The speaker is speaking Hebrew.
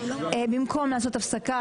הוא השפיל מבטו,